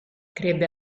crebbe